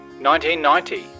1990